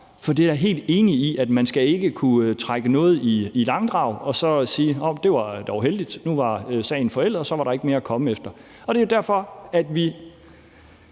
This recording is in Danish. For jeg er helt enig i, at man ikke skal kunne trække noget i langdrag og så sige, at det dog var heldigt, for nu er sagen forældet, og så er der ikke mere at komme efter. Det er derfor, at vi